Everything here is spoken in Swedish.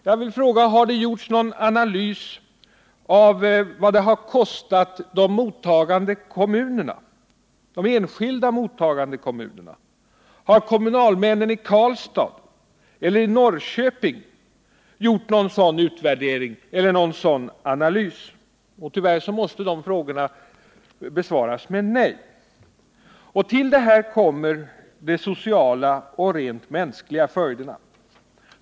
Jag vill fråga: Har det gjorts någon analys av vad utflyttningen har kostat de enskilda mottagande kommunerna? Har kommunalmännen i Karlstad eller i Norrköping gjort någon sådan utvärdering eller analys? Tyvärr måste de frågorna besvaras med nej. Till det här kommer de sociala och rent mänskliga följderna.